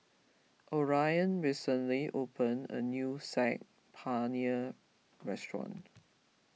Orion recently opened a new Saag Paneer restaurant